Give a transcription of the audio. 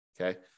Okay